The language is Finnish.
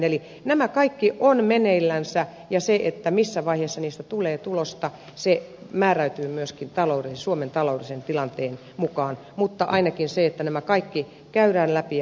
eli nämä kaikki ovat meneillänsä ja se missä vaiheessa niistä tulee tulosta määräytyy myöskin suomen taloudellisen tilanteen mukaan mutta ainakin nämä kaikki käydään läpi ja analysoidaan